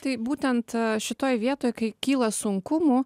tai būtent šitoj vietoj kai kyla sunkumų